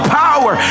power